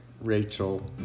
Rachel